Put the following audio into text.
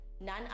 none